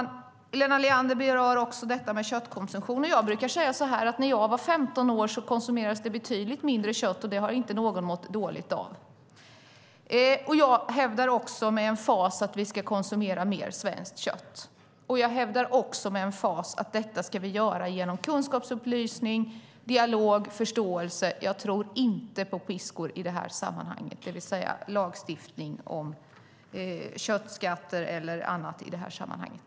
Helena Leander berör köttkonsumtionen. Jag brukar säga så här: När jag var 15 år konsumerades det betydligt mindre kött, och det har inte någon mått dåligt av. Jag hävdar med emfas att vi ska konsumera mer svenskt kött. Jag hävdar också med emfas att vi ska göra detta genom kunskapsupplysning, dialog och förståelse. Jag tror inte på piskor i det här sammanhanget, det vill säga lagstiftning om köttskatter eller annat.